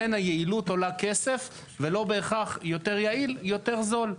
היעילות עולה כסף ולא בהכרח יותר יעיל הוא יותר זול,